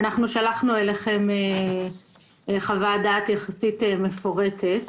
שלחנו אליכם חוות דעת יחסית מפורטת.